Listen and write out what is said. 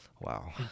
wow